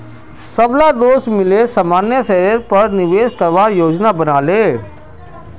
सबला दोस्त मिले सामान्य शेयरेर पर निवेश करवार योजना बना ले